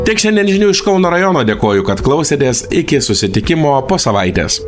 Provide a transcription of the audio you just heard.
tiek šiandien žinių iš kauno rajono dėkoju kad klausėtės iki susitikimo po savaitės